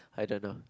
I don't know